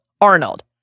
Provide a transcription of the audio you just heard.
Arnold